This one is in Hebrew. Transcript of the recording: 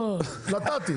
נתתי,